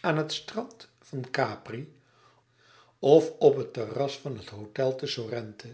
aan het strand van capri of op het terras van het hôtel te sorrento